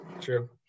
true